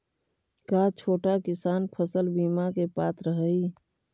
का छोटा किसान फसल बीमा के पात्र हई?